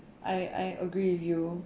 I I agree with you